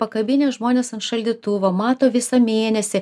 pakabinę žmonės ant šaldytuvo mato visą mėnesį